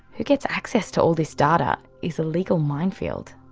who gets access to all this data is a legal minefield.